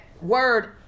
word